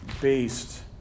based